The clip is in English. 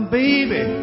baby